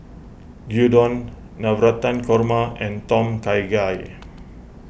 Gyudon Navratan Korma and Tom Kha Gai